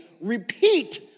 repeat